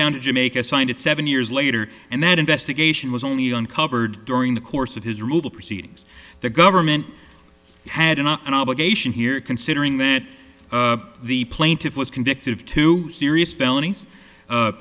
down to jamaica signed it seven years later and that investigation was uncovered during the course of his removal proceedings the government had an obligation here considering that the plaintiff was convicted of two serious